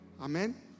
Amen